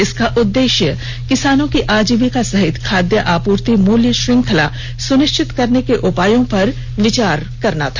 इसका उद्देश्य किसानों की आजीविका सहित खाद्य आपूर्ति मूल्य श्रृंखला सुनिश्चित करने के उपायों पर विचार करना था